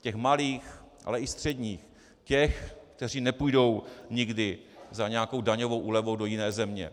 Těch malých, ale i středních, těch, kteří nepůjdou nikdy za nějakou daňovou úlevou do jiné země.